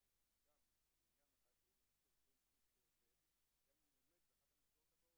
אנחנו מדברים על ימים כי החוק עצמו מדבר על ימי היעדרות.